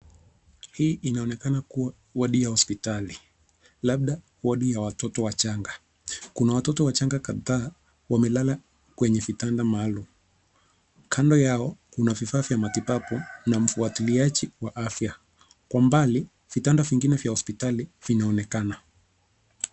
Hii inaonekana kuwa wodi ya hospitali, labda wodi ya watoto wachanga. Kuna watoto wachanga kadhaa wamelala kwenye vitanda maalum. Kando yao kuna vifaa vya matibabu na mfuatiliaji wa afya. Kwa mbali vitanda vingine vya hospitali vinaonekana.